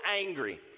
angry